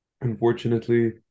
Unfortunately